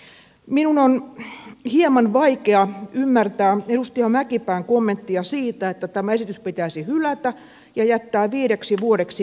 minun on hieman vaikea ymmärtää edustaja mäkipään kommenttia siitä että tämä esitys pitäisi hylätä ja jättää viideksi vuodeksi mietintään